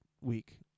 week